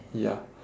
ya